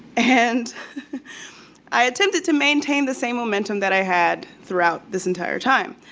and i attempted to maintain the same momentum that i had throughout this entire time.